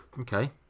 okay